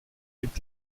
gibt